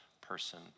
person